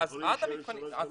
הם יכולים להישאר שנה שלמה?